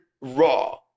raw